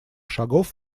шагов